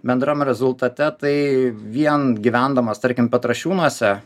bendram rezultate tai vien gyvendamas tarkim petrašiūnuose